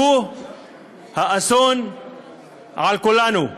שהוא האסון על כולנו,